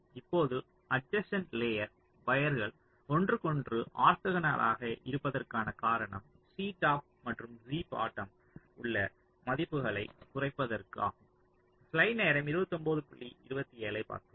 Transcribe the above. இப்போது adjacent layer வயர்கள் ஒன்றுக்கொன்று ஆர்த்தோகனலாக இருப்பதற்கான காரணம் C டாப் மற்றும் C பாட்டோம் உள்ள மதிப்புகளைக் குறைப்பதற்க்கு ஆகும்